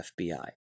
FBI